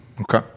Okay